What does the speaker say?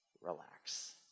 relax